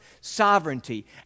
sovereignty